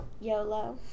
YOLO